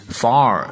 far